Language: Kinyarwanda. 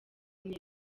neza